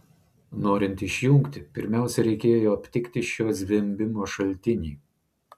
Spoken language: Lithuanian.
norint išjungti pirmiausia reikėjo aptikti šio zvimbimo šaltinį